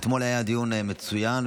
אתמול היה דיון מצוין,